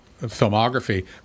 filmography